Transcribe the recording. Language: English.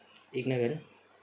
ignorant